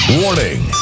Warning